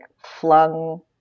flung